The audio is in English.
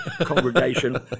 congregation